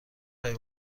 خواهی